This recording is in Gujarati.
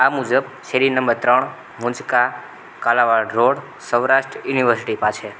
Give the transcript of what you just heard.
આ મુજબ શેરી નંબર ત્રણ મુંજકા કાલાવડ રોડ સૌરાષ્ટ્ર યુનિવર્સિટી પાસે